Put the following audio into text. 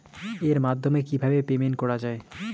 এর মাধ্যমে কিভাবে পেমেন্ট করা য়ায়?